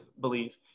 believe